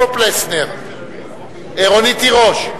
רונית תירוש.